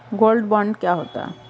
Gold bond क्या होता है?